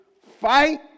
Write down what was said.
fight